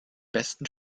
besten